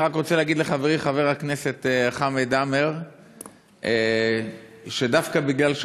אני רק רוצה להגיד לחברי חבר הכנסת חמד עמאר שדווקא בגלל: